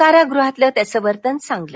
कारागृहातलं त्याचं वर्तन चांगल